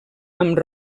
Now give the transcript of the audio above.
amb